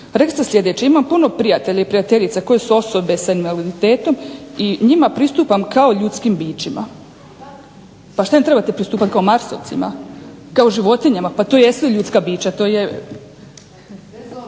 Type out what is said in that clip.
Rekli ste sljedeće: imamo puno prijatelja i prijateljica koji su osobe s invaliditetom i njima pristupam kao ljudskim bićima. … /Upadica se ne razumije./… Pa šta im trebate pristupati kao Marsovcima, kao životinjama? Pa to jesu ljudska bića, to je…